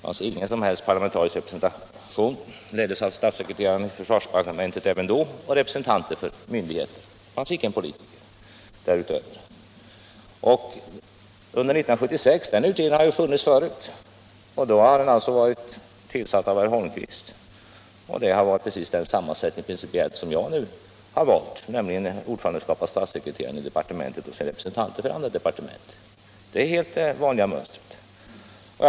Även den leddes av = ring m.m. av statssekreteraren i försvarsdepartementet och bestod av representanter = framtida flygplansför myndigheter. Där fanns icke en politiker därutöver, ingen som helst — system parlamentarisk representation. Usredningen som tillsattes 1976 har funnits förut, och då har den alltså varit tillsatt av herr Holmqvist. Den har då haft principiellt samma sammansättning som den jag nu valt — den har arbetat under ordförandeskap av statssekreteraren i departementet och har bestått av representanter för andra departement. Det är det vanliga mönstret.